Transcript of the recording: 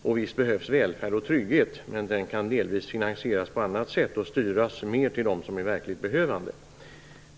Och visst behövs välfärd och trygghet, men det kan delvis finansieras på annat sätt och styras mer till dem som är verkligt behövande.